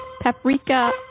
paprika